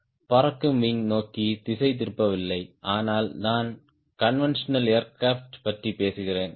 எனவே நான் பறக்கும் விங் நோக்கி திசைதிருப்பவில்லை ஆனால் நான் கான்வென்டியோனல் ஏர்கிராப்ட் பற்றி பேசுகிறேன்